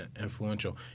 influential